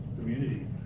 community